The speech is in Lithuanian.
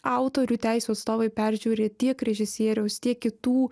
autorių teisių atstovai peržiūri tiek režisieriaus tiek kitų